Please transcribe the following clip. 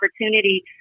opportunity